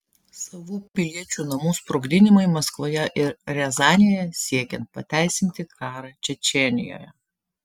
savų piliečių namų sprogdinimai maskvoje ir riazanėje siekiant pateisinti karą čečėnijoje